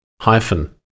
Hyphen